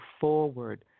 forward